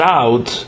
out